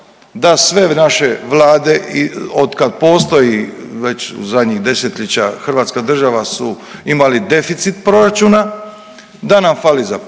da sve naše vlade i od kad postoji već u zadnjih desetljeća hrvatska država su imali deficit proračuna, da nam fali za penzije,